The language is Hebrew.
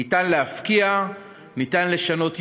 ניתן להפקיע, ניתן לשנות ייעוד,